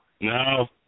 No